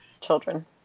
children